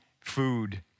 food